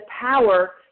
power